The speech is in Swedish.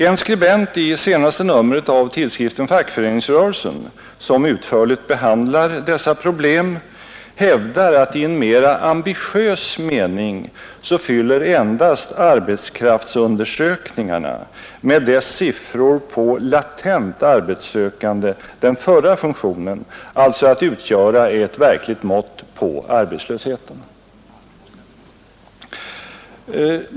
En skribent i senaste numret av tidskriften Fackföreningsrörelsen, som utförligt behandlar dessa problem, hävdar att i en mera ambitiös mening fyller endast arbetskraftsundersökningarna med sina siffror på latent arbetssökande den förra funktionen, alltså att utgöra ett verkligt mått på arbetslösheten.